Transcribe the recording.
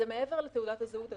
אדוני, זה מעבר לתעודת הזהות.